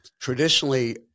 traditionally